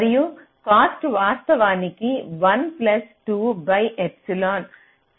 మరియు కాస్ట్ వాస్తవికంగా 1 plus 2 by epsilon చేత పరిమితం చేయబడుతుంది